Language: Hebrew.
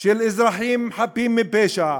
של אזרחים חפים מפשע,